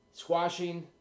Squashing